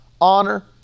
honor